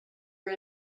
are